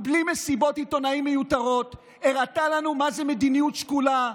ובלי מסיבות עיתונאים מיותרות הראתה לנו מה זאת מדיניות שקולה,